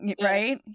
right